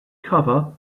cover